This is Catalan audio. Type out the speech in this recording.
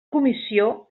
comissió